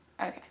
Okay